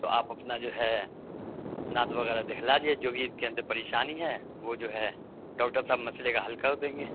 تو آپ اپنا جو ہے دانت وغیرہ دکھلا دیجیے جو بھی ان کے اندر پریشانی ہے وہ جو ہے ڈاکٹر صاحب مسئلے کا حل کر دیں گے